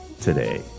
today